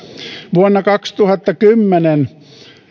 vuonna kaksituhattakymmenen